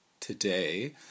today